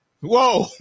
Whoa